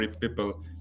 people